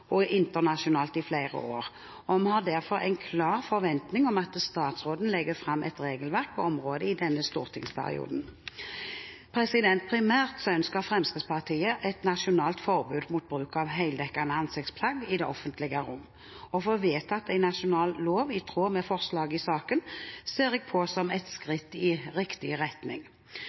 og internasjonalt i flere år, og vi har derfor en klar forventning om at statsråden legger fram et regelverk på området i denne stortingsperioden. Primært ønsker Fremskrittspartiet et nasjonalt forbud mot bruk av heldekkende ansiktsplagg i det offentlige rom. Å få vedtatt en nasjonal lov i tråd med forslaget i saken ser jeg på som et skritt i riktig retning.